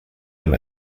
him